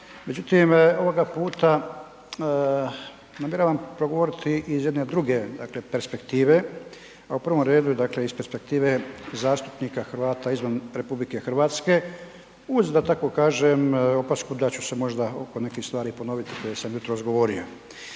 međutim, ovoga puta namjeravam progovoriti iz jedne druge, dakle perspektive, a u provom redu, dakle iz perspektive zastupnika Hrvata izvan RH uz da tako kažem, opasku da ću se možda oko nekih stvari ponoviti koje sam jutros govorio.